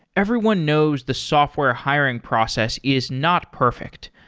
everyone knows the software hiring process is not perfect.